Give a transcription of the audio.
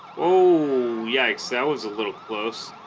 oh yikes that was a little close